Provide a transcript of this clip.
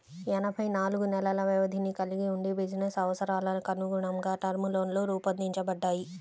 ఎనభై నాలుగు నెలల వ్యవధిని కలిగి వుండి బిజినెస్ అవసరాలకనుగుణంగా టర్మ్ లోన్లు రూపొందించబడ్డాయి